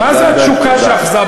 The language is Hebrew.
מה עמדת הממשלה?